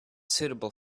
suitable